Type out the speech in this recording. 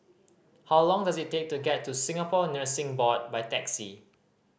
how long does it take to get to Singapore Nursing Board by taxi